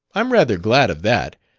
i'm rather glad of that,